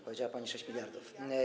Powiedziała pani: 6 mld.